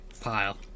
pile